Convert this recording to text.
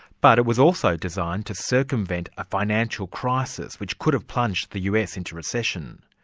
but it was also designed to circumvent a financial crisis which could have plunged the us into recession.